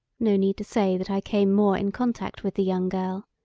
no need to say that i came more in contact with the young girl.